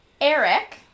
Eric